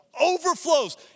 overflows